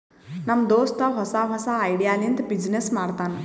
ನಮ್ ದೋಸ್ತ ಹೊಸಾ ಹೊಸಾ ಐಡಿಯಾ ಲಿಂತ ಬಿಸಿನ್ನೆಸ್ ಮಾಡ್ತಾನ್